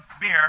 beer